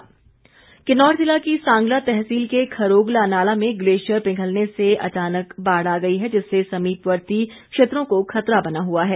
बाढ़ किन्नौर ज़िला की सांगला तहसील के खरोगला नाला में ग्लेशियर पिघलने से अचानक बाढ़ आ गई है जिससे समीपवर्ती क्षेत्रों को खतरा बना हुआ है